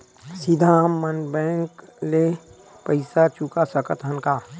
सीधा हम मन बैंक ले पईसा चुका सकत हन का?